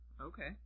okay